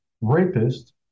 rapist